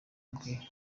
bwe